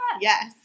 Yes